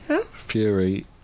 Fury